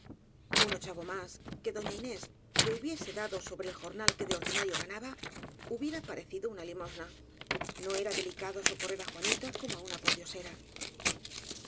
un ochavo más que doña inés le hubiese dado sobre el jornal que de ordina rio ganaba hubiera parecido una limosna no era delicado socorrer á juanita como á una pordiosera